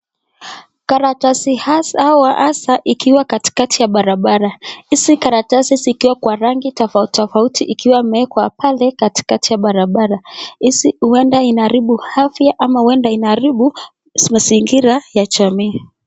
Karatasi haya hasa ikiwa katikati ya barabara. Hizi karatasi zikiwa kwa rangi tofauti tofauti ikiwa imewekwa pale katikati ya barabara. Hizi huenda unaharibu afya ama huenda inaharibu mazingira ya jamii.